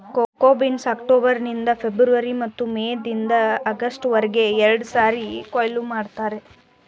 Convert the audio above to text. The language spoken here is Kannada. ಕೋಕೋ ಬೀನ್ಸ್ನ ಅಕ್ಟೋಬರ್ ನಿಂದ ಫೆಬ್ರವರಿ ಮತ್ತು ಮೇ ಇಂದ ಆಗಸ್ಟ್ ವರ್ಗೆ ಎರಡ್ಸಾರಿ ಕೊಯ್ಲು ಮಾಡ್ತರೆ